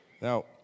Now